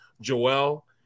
Joel